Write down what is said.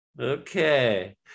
Okay